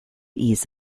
ease